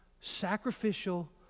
sacrificial